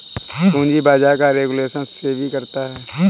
पूंजी बाजार का रेगुलेशन सेबी करता है